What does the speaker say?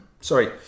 Sorry